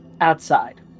outside